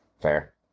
Fair